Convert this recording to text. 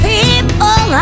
People